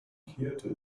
kyoto